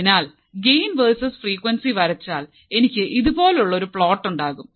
അതിനാൽ gain versus frequency വരച്ചാൽ എനിക്ക് ഇതുപോലുള്ള ഒരു പ്ലോട്ട് ഉണ്ടാകും